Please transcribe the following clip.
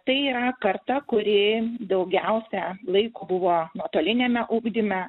tai yra karta kuri daugiausia laiko buvo nuotoliniame ugdyme